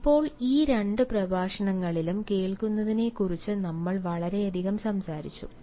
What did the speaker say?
ഇപ്പോൾ ഈ രണ്ട് പ്രഭാഷണങ്ങളിലും കേൾക്കുന്നതിനെക്കുറിച്ച് നമ്മൾ വളരെയധികം സംസാരിച്ചു